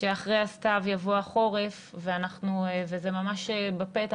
שאחרי הסתיו יבוא החורף וזה ממש בפתח,